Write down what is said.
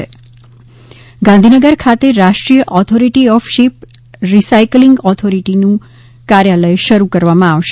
ઃ ગાંધીનગર ખાતે રાષ્ટ્રીય ઓથોરીટી ઓફ શીપ રીસાયકલીંગ ઓથઓરીટીનું કાર્યાલય શરૂ કરવામાં આવશે